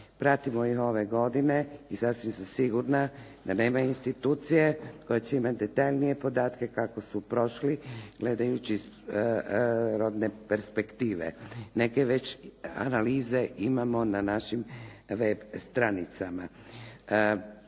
pratimo ih ove godine i sasvim sam sigurna da nema institucije koja će imati detaljnije podatke kako su prošli, gledajući iz rodne perspektive. Neke već analize imamo na našim web stranicama.